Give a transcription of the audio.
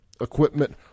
equipment